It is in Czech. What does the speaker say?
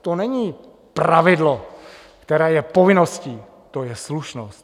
To není pravidlo, které je povinností, to je slušnost.